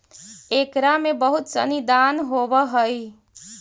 एकरा में बहुत सनी दान होवऽ हइ